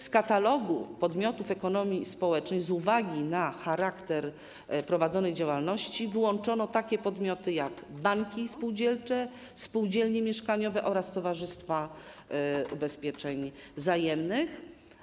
Z katalogu pomiotów ekonomii społecznej z uwagi na charakter prowadzonej działalności wyłączono takie podmioty jak banki spółdzielcze, spółdzielnie mieszkaniowe oraz towarzystwa ubezpieczeń wzajemnych.